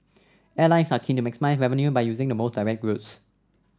airlines are keen to maximise revenue by using the most direct routes